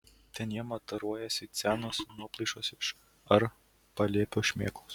ten jie mataruojasi it senos nuoplaišos ar palėpių šmėklos